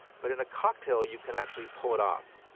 but in a cocktail, you can actually pull it off.